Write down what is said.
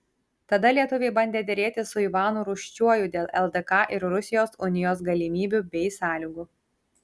tada lietuviai bandė derėtis su ivanu rūsčiuoju dėl ldk ir rusijos unijos galimybių bei sąlygų